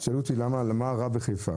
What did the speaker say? שאלו אותי מה רע בחיפה,